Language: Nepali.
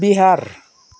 बिहार